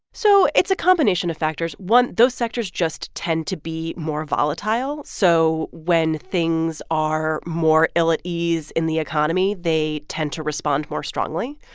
so it's a combination of factors. one, those sectors just tend to be more volatile, so when things are more ill at ease in the economy, they tend to respond more strongly.